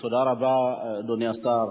תודה רבה, אדוני השר.